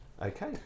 okay